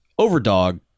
Overdog